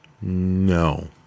No